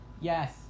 yes